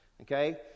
okay